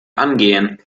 angehen